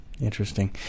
Interesting